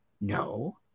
No